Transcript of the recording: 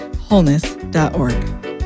wholeness.org